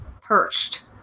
perched